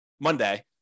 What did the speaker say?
monday